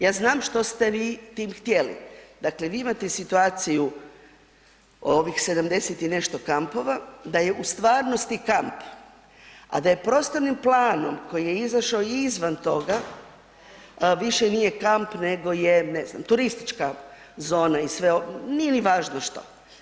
Ja znam što ste vi tim htjeli, dakle vi imate situaciju ovih 70 i nešto kampova, da je u stvarnosti kamp, a da je prostornim planom koji je izašao i izvan toga više nije kamp nego je ne znam turistička zona i sve, nije ni važno što.